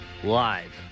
Live